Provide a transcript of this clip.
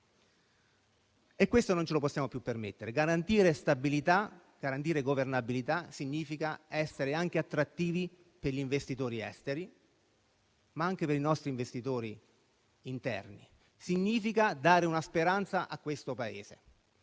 e questo non ce lo possiamo più permettere. Garantire stabilità e governabilità significa anche essere attrattivi per gli investitori esteri, ma anche per i nostri investitori interni; significa dare una speranza a questo Paese.